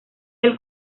del